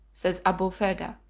says abulfeda,